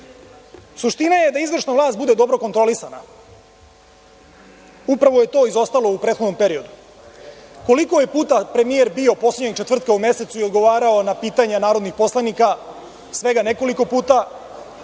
Srbiju. Suština je da izvršna vlast bude dobro kontrolisana. Upravo je to izostalo u prethodnom periodu. Koliko je puta premijer bio poslednjeg četvrtka u mesecu i odgovarao na pitanja narodnih poslanika? Svega nekoliko puta,